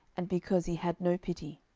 and because he had no pity.